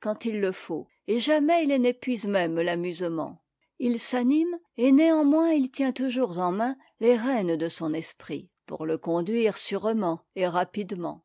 quand il faut et jamais il n'épuise même l'amusement il s'anime et néanmoins il tient toujours en main les rênes de son esprit pour le conduire sûrement et rapidement